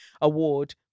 award